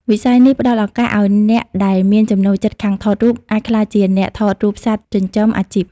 វិស័យនេះផ្ដល់ឱកាសឱ្យអ្នកដែលមានចំណូលចិត្តខាងថតរូប អាចក្លាយជាអ្នកថតរូបសត្វចិញ្ចឹម អាជីព។